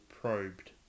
Probed